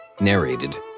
Narrated